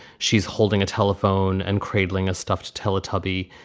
she's holding a telephone and cradling a stuffed teletubbies.